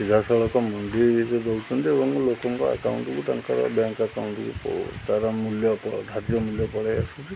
ସିଧାସଳଖ ମଣ୍ଡିରେ ଦେଉଦେନ୍ତି ଏବଂ ଲୋକଙ୍କ ଆକାଉଣ୍ଟକୁ ତାଙ୍କର ବ୍ୟାଙ୍କ ଆକାଉଣ୍ଟକୁ ତା'ର ମୂଲ୍ୟ ଧାର୍ଯ୍ୟ ମୂଲ୍ୟ ପଳାଇ ଆସୁଛି